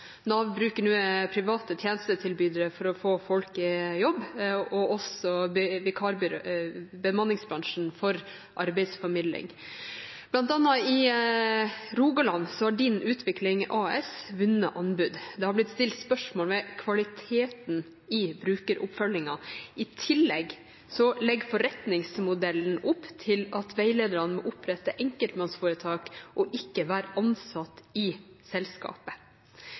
Rogaland har Din Utvikling AS vunnet anbud. Det har blitt stilt spørsmål ved kvaliteten i brukeroppfølgingen. I tillegg legger forretningsmodellen opp til at veilederne må opprette enkeltmannsforetak og ikke være ansatt i selskapet.